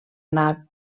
anar